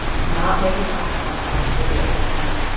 not making eye contact with the other man.